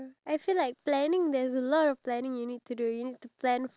what parts would you want the director to focus on